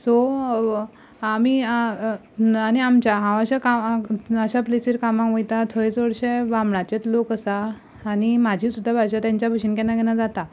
so आमी आनी आमच्या हांव अशें काम अश्या प्लेसीर कामाक वयता थंय चडशे बामणाचेच लोक आसा आनी म्हजी सुद्दां भाशा तेंच्या भशेन केन्ना केन्ना जाता